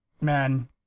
man